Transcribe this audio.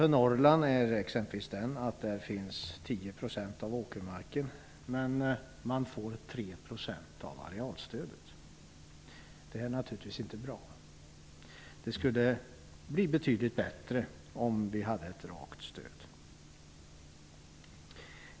I Norrland finns 10 % av åkermarken men man får 3 % av arealstöd. Det är naturligtvis inte bra. Det skulle bli betydligt bättre med ett rakt stöd.